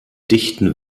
dichten